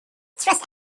trust